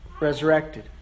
resurrected